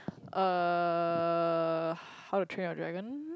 uh How-to-Train-Your-Dragon